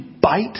bite